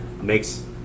makes